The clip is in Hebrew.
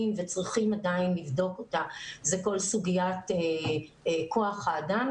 ועדיין צריכים לבדוק אותה זאת כל סוגיית כוח האדם.